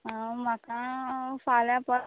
म्हाका फाल्यां परां